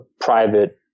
private